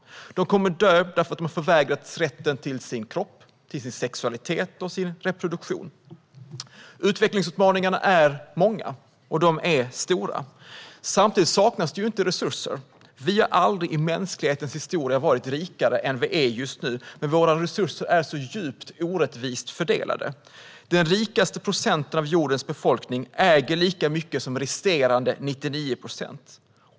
De kommer att dö för att de har förvägrats rätten till sin kropp, sin sexualitet och sin reproduktion. Utvecklingsutmaningarna är många, och de är stora. Samtidigt saknas det inte resurser. Vi har aldrig tidigare i mänsklighetens historia varit rikare än vad vi är just nu. Men våra resurser är så djupt orättvist fördelade. Den rikaste procenten av jordens befolkning äger lika mycket som resterande 99 procent.